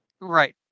Right